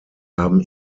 haben